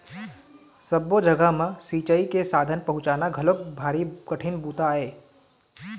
सब्बो जघा म सिंचई के साधन पहुंचाना घलोक भारी कठिन बूता आय